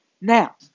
Now